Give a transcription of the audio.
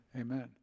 amen